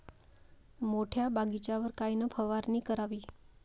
मोठ्या बगीचावर कायन फवारनी करावी?